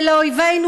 ולאויבינו,